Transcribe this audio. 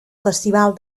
festival